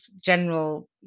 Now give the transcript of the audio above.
general